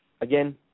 Again